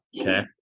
Okay